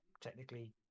technically